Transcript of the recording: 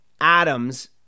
atoms